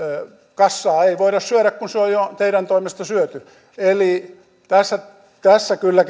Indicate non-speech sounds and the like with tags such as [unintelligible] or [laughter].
kassaa ei voida syödä kun se on jo teidän toimestanne syöty eli tässä tässä kyllä [unintelligible]